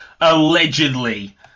allegedly